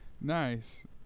Nice